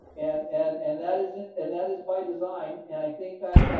and and and that isn't, and that is by design. and i think i've,